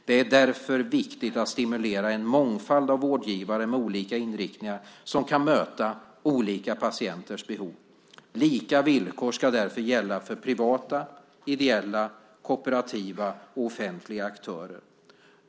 Det är därför viktigt att stimulera en mångfald av vårdgivare med olika inriktningar som kan möta olika patienters behov. Lika villkor ska därför gälla för privata, ideella, kooperativa och offentliga aktörer.